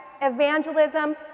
evangelism